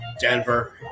Denver